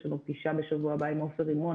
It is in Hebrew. יש לנו פגישה בשבוע הבא עם עופר רימון